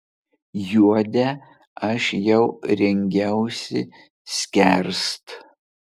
juodę aš jau rengiausi skerst